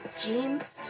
jeans